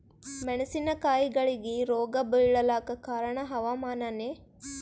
ಮೆಣಸಿನ ಕಾಯಿಗಳಿಗಿ ರೋಗ ಬಿಳಲಾಕ ಕಾರಣ ಹವಾಮಾನನೇ?